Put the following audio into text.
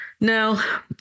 Now